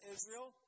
Israel